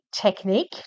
technique